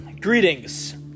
Greetings